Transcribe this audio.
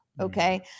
Okay